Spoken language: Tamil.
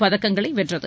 பதக்கங்களை வென்றது